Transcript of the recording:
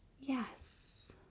Yes